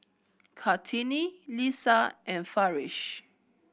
Kartini Lisa and Farish